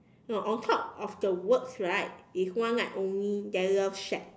no on top of the words right is one night only then love shack